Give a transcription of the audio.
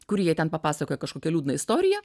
kur jai ten papasakoja kažkokią liūdną istoriją